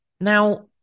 Now